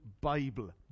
Bible